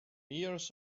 years